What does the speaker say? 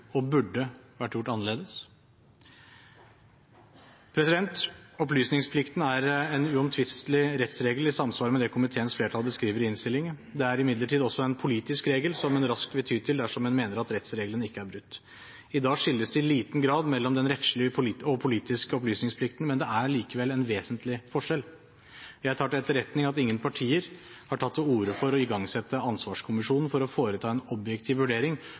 og burde, vært gjort annerledes. Opplysningsplikten er en uomtvistelig rettsregel i samsvar med det komiteens flertall beskriver i innstillingen. Den er imidlertid også en politisk regel som en raskt vil ty til dersom en mener at rettsregelen ikke er brutt. I dag skilles det i liten grad mellom den rettslige og politiske opplysningsplikten, men det er likevel en vesentlig forskjell. Jeg tar til etterretning at ingen partier har tatt til orde for å igangsette Stortingets ansvarskommisjon for å foreta en objektiv vurdering